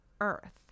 earth